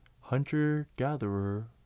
hunter-gatherer